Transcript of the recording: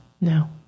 No